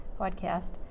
podcast